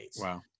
Wow